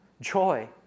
joy